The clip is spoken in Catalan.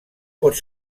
pot